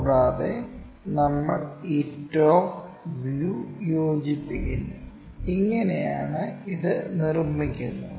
കൂടാതെ നമ്മൾ ഈ ടോപ് വ്യൂ യോജിപ്പിക്കുന്നു ഇങ്ങനെയാണ് ഇത് നിർമ്മിക്കുന്നത്